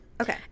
okay